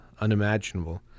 unimaginable